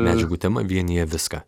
medžiagų tema vienija viską